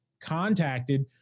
contacted